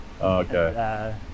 okay